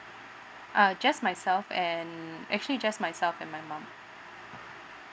uh just myself and actually just myself and my mum